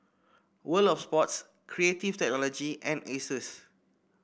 World Of Sports Creative Technology and Asus